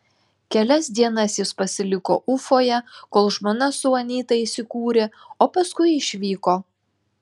kelias dienas jis pasiliko ufoje kol žmona su anyta įsikūrė o paskui išvyko